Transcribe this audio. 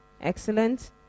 excellent